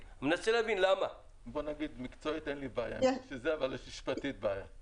למה צריך לגשת פיזית עם ידיים מאחור,